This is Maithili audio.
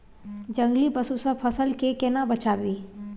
जंगली पसु से फसल के केना बचावी?